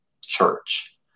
church